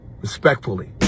respectfully